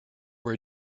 were